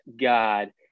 God